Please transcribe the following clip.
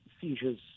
seizures